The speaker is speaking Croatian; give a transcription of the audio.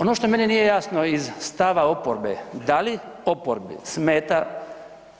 Ono što meni nije jasno iz stava oporbe, da li oporbi smeta